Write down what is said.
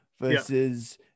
versus